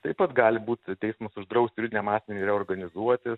taip pat gali būt teismas uždraust juridiniam asmeniui reorganizuotis